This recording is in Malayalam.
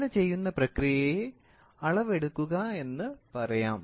ഇങ്ങനെ ചെയ്യുന്ന പ്രക്രിയയെ അളവെടുക്കുക എന്ന് പറയാം